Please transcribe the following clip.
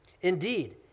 Indeed